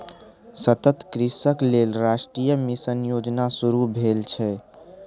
सतत कृषिक लेल राष्ट्रीय मिशन योजना शुरू भेल छै